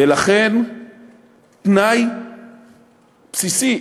ולכן תנאי בסיסי,